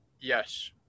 Yes